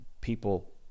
people